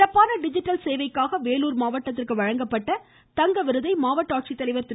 சிறப்பான டிஜிட்டல் சேவைக்காக வேலூர் மாவட்டத்திற்கு வழங்கப்பட்ட தங்க விருதை மாவட்ட ஆட்சித்தலைவா் திரு